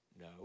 No